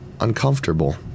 Uncomfortable